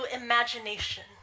imagination